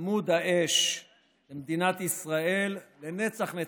עמוד האש למדינת ישראל לנצח-נצחים.